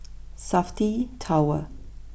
Safti Tower